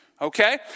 Okay